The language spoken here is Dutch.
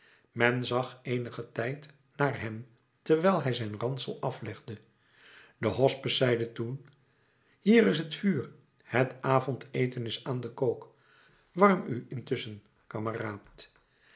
men zag eenigen tijd naar hem terwijl hij zijn ransel aflegde de hospes zeide toen hier is t vuur het avondeten is aan de kook warm u intusschen